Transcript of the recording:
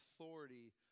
authority